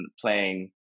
playing